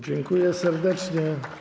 Dziękuję serdecznie.